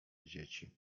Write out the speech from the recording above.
dzieci